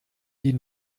die